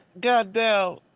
Goddamn